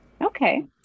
Okay